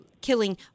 killing